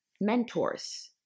mentors